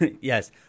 yes